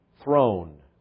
Throne